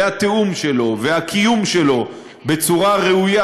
והתיאום שלו והקיום שלו בצורה ראויה,